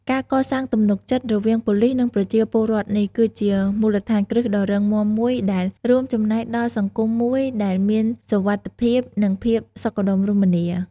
ការកសាងទំនុកចិត្ត រវាងប៉ូលីស និងប្រជាពលរដ្ឋនេះ គឺជាមូលដ្ឋានគ្រឹះដ៏រឹងមាំមួយដែល រួមចំណែកដល់សង្គមមួយដែលមានសុវត្ថិភាព និងភាពសុខដុមរមនា។